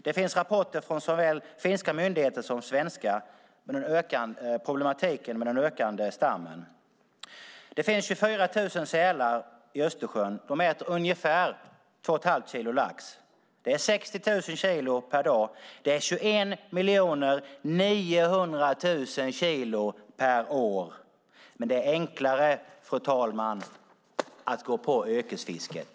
Det finns rapporter från såväl finska som svenska myndigheter om problemet med den ökande stammen. Det finns 24 000 sälar i Östersjön. De äter ungefär 2 1⁄2 kilo lax. Det är 60 000 kilo per dag. Det är 21 900 000 kilo per år. Men det är enklare, fru talman, att gå på yrkesfisket.